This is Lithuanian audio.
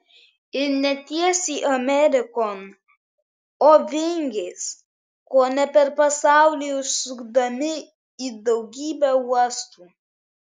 ir ne tiesiai amerikon o vingiais kone per pasaulį užsukdami į daugybę uostų